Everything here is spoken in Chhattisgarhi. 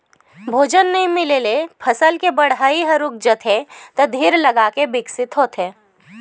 भोजन नइ मिले ले फसल के बाड़गे ह रूक जाथे त धीर लगाके बिकसित होथे